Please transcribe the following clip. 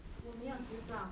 我没有执照